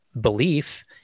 belief